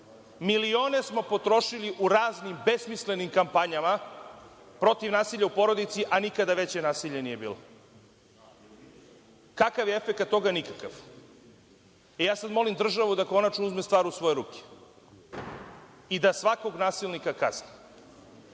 Milione smo potrošili u raznim besmislenim kampanjama protiv nasilja u porodici, a nikada veće nasilje nije bilo. Kakav je efekat toga? Nikakav. Sada molim državu da konačno uzme stvar u svoje ruke i da svakog nasilnika kazni